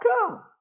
come